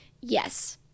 yes